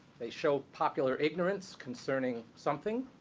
they show popular ignorance concerning something,